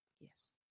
yes